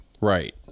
Right